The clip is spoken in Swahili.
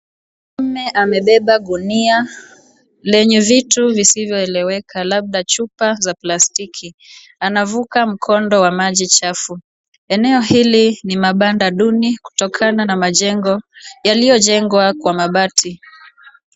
Mwanaume amebeba gunia lenye vitu visivyoeleweka labda chupa za plastiki. Anavuka mkondo wa maji chafu. Eneo hili ni mabanda duni kutokana na majengo yaliyojengwa kwa mabati.